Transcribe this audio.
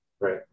Right